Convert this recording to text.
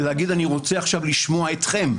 ולהגיד: אני רוצה עכשיו לשמוע אתכם.